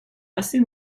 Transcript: assez